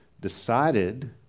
decided